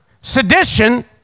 sedition